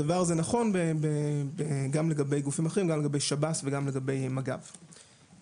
הצעת חוק מבקר המדינה (תיקון,